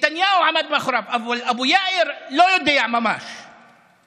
נתניהו עמד מאחוריו, אבל אבו יאיר לא ממש יודע.